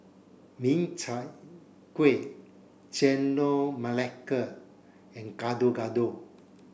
Min Chiang Kueh Chendol Melaka and Gado Gado